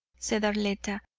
said arletta,